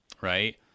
right